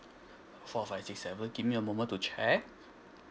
four five six seven give me a moment to check